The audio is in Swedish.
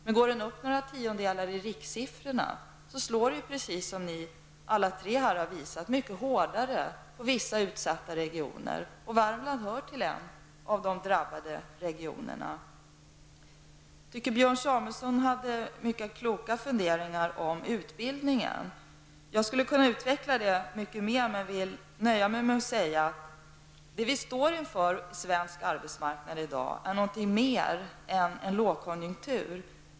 Men om dessa tiondelar är rikssiffror slår det faktiskt, som alla tre talare här har visat, mycket hårdare mot vissa utsatta regioner. Värmland hör till de drabbade regionerna. Jag tycker att Björn Samuelson hade mycket kloka funderingar över utbildningen. Jag skulle kunna utveckla det mycket mer, men jag nöjer mig med att säga att det vi står inför i svensk arbetsmarknad är någonting mer än en lågkonjunktur.